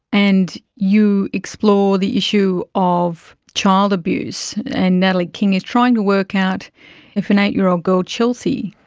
and you explore the issue of child abuse, and natalie king is trying to work out if an eight-year-old girl, chelsea,